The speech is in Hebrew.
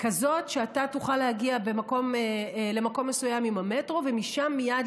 כזאת שאתה תוכל להגיע למקום מסוים עם המטרו ומשם מייד